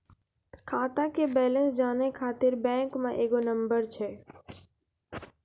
खाता के बैलेंस जानै ख़ातिर बैंक मे एगो नंबर छै?